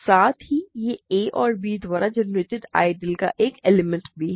साथ ही यह a और b द्वारा जनरेटेड आइडियल का एक एलिमेंट भी है